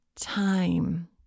time